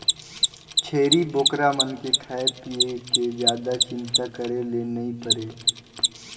छेरी बोकरा मन के खाए पिए के जादा चिंता करे ले नइ परे